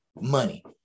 money